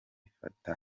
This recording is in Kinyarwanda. ifata